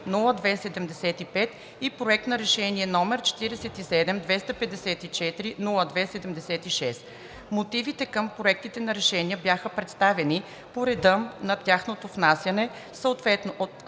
и Проект на решение № 47 254 02-76. Мотивите към проектите на решения бяха представени по реда на тяхното внасяне съответно от